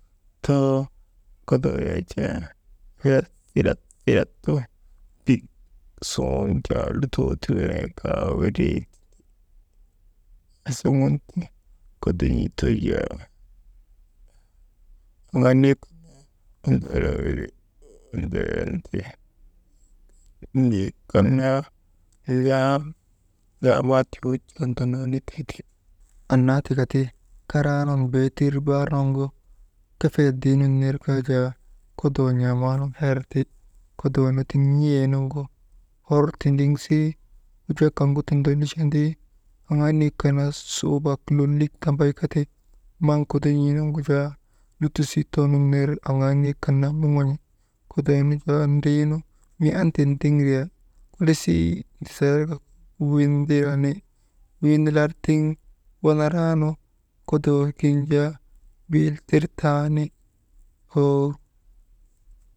Too kodoo yak jaa bilat, bilat su bik suŋun jaa lutoo ti wenee kaa, aasuŋun ti kodon̰ii too jaa annaa tika ti karaa nun beetir baar nuŋgu kefeyet dinun ner kaa jaa kodoo n̰aamaa nu her ti kodoonu tiŋ n̰iyee nuŋgu hor tindiŋsi, wujaa kaŋgu tondolichandi, aŋaa niyek kan naa suubak lolik tambay kati maŋ kodon̰ii nuŋgu jaa lutisii toonun ner aŋaa niyek kan naa moŋon̰i, kodoo nu jaa tindriinu mii anti tiŋ ndriya, lisii diyarka windiyani, winilartiŋ wanaraa nu kodoo kiŋ jaa biil tirtaani, oo.